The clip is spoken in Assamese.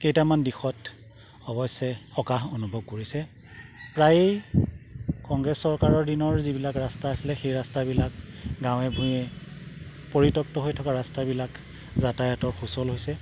কেইটামান দিশত অৱশ্যে সকাহ অনুভৱ কৰিছে প্ৰায়েই কংগ্ৰেছ চৰকাৰৰ দিনৰ যিবিলাক ৰাস্তা আছিলে সেই ৰাস্তাবিলাক গাঁৱে ভূঞে পৰিতপ্ত হৈ থকা ৰাস্তাবিলাক যাতায়াতৰ সুচল হৈছে